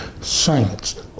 Saints